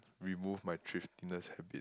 remove my thriftiness habit